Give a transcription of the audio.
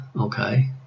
Okay